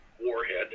warhead